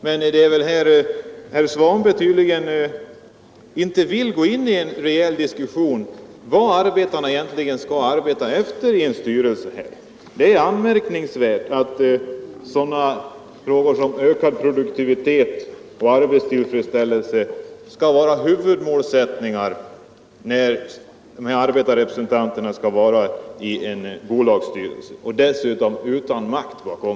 Herr Svanberg vill tydligen inte gå in i någon riktig diskussion om vad arbetarna egentligen skall arbeta efter i styrelserna. Det är anmärkningsvärt att sådana frågor som ökad produktivitet och arbetstillfredsställelse skall vara huvudmålsättningar, när arbetarrepresentanterna skall sitta i en bolagsstyrelse — och dessutom utan makt bakom